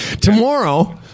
tomorrow